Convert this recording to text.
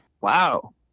Wow